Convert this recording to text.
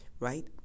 Right